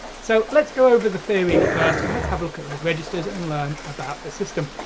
so let's go over the theory first, and let's have a look at registers, and learn about the system.